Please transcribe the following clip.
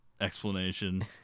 explanation